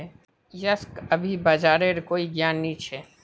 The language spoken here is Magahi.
यशक अभी बाजारेर कोई ज्ञान नी छ